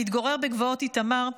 המתגורר בגבעות איתמר,